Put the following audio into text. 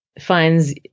finds